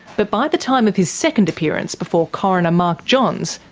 but by the time of his second appearance before coroner mark johns,